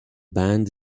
band